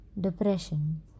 Depression